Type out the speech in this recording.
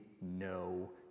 no